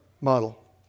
model